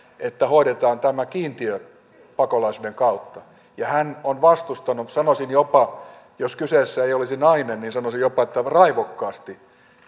että hoidetaan tämä kiintiöpakolaisuuden kautta hän on vastustanut sanoisin jopa jos kyseessä ei olisi nainen niin sanoisin jopa että raivokkaasti